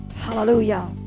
Hallelujah